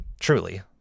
truly